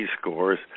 scores